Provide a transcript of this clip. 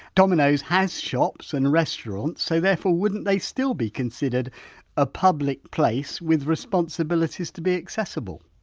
domino's has shops and restaurants so therefore wouldn't they still be considered a public place with responsibilities to be accessible?